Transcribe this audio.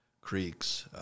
creeks